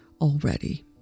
already